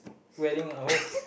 wedding all